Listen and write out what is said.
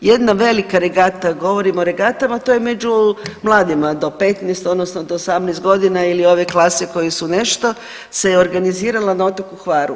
Jedna velika regata, govorim o regatama to je među mladima do 15 odnosno do 18 godina ili ove klase koje su nešto, se je organizirala na otoku Hvaru.